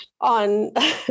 on